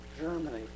Germany